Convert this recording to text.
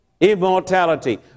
immortality